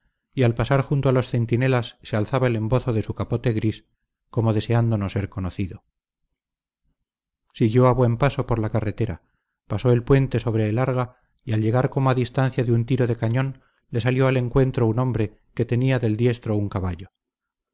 y al pasar junto a los centinelas se alzaba el embozo de su capote gris como deseando no ser conocido siguió a buen paso por la carretera pasó el puente sobre el arga y al llegar como a distancia de tiro de cañón le salió al encuentro un hombre que tenía del diestro un caballo